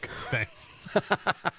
thanks